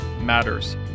matters